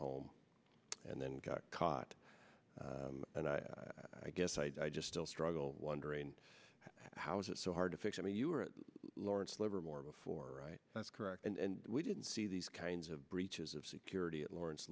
home and then got caught and i i guess i just still struggle wondering how is it so hard to fix i mean you were at lawrence livermore before that's correct and we didn't see these kinds of breaches of security at lawrence